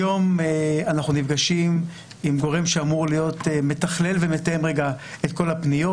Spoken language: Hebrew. היום אנחנו נפגשים עם גורם שאמור להיות מתכלל ומתאם את כל הפניות.